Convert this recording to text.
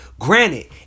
Granted